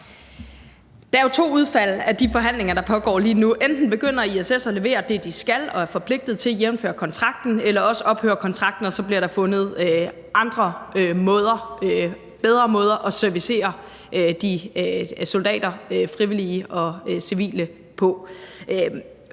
Der er jo to udfald af de forhandlinger, der pågår lige nu. Enten begynder ISS at levere det, de skal og er forpligtet til, jævnfør kontrakten, eller også ophører kontrakten, og så bliver der fundet andre måder, bedre måder, at servicere soldater, frivillige og civile på.